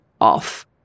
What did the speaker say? off